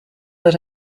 that